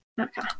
Okay